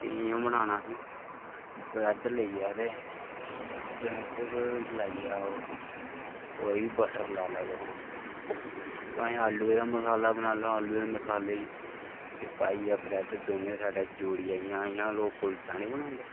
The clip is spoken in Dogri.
ते ओह् बनाना फिर ब्रैड लेइयै ते ते ब्रैड पर लाइयै ओह् कोई बी बटर लाई लैओ तुस भाएं आलूएं दा मसाला बनाई लैओ आलू दे मसाले च पाइयै ब्रैड दौनें साइडें दा जोड़ियै जियां जियां लोक कुल्चा निं बनांदे